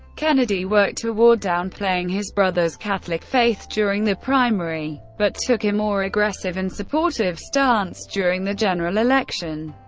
kennedy worked toward downplaying his brother's catholic faith during the primary, but took a more aggressive and supportive stance during the general election.